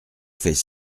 fais